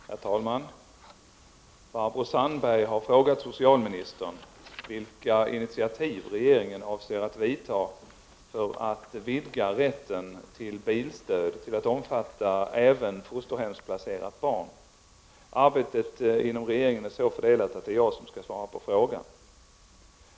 Herr talman! Barbro Sandberg har frågat socialministern vilka initiativ regeringen avser att vidta för att vidga rätten till bilstöd till att omfatta även fosterhemsplacerat barn. Arbetet inom regeringen är så fördelat att det är jag som skall svara på frågan.